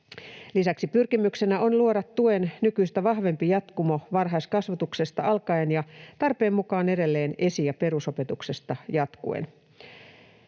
Lisäksi pyrkimyksenä on luoda tuen nykyistä vahvempi jatkumo varhaiskasvatuksesta alkaen ja tarpeen mukaan edelleen esi- ja perusopetuksesta jatkuen.